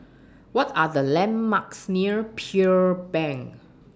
What Are The landmarks near Pearl Bank